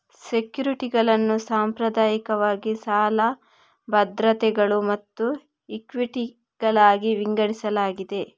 ಸೆಕ್ಯುರಿಟಿಗಳನ್ನು ಸಾಂಪ್ರದಾಯಿಕವಾಗಿ ಸಾಲ ಭದ್ರತೆಗಳು ಮತ್ತು ಇಕ್ವಿಟಿಗಳಾಗಿ ವಿಂಗಡಿಸಲಾಗಿದೆ